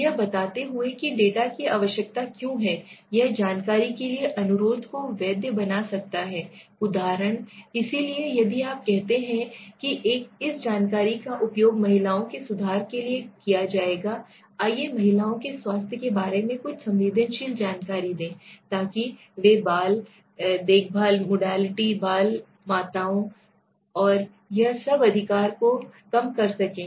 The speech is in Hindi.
यह बताते हुए कि डेटा की आवश्यकता क्यों है यह जानकारी के लिए अनुरोध को वैध बना सकता है उदाहरण इसलिए यदि आप कहते हैं कि इस जानकारी का उपयोग महिलाओं के सुधार के लिए कहा जाएगा आइए महिलाओं के स्वास्थ्य के बारे में कुछ संवेदनशील जानकारी दें ताकि वे बाल देखभाल modality बाल modality माताओं modality child care modality child modality mothers modality और यह सब अधिकार को कम कर सकें